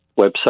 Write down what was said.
website